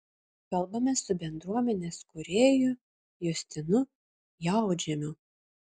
kalbamės su bendruomenės kūrėju justinu jautžemiu